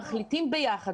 והם מחליטים ביחד.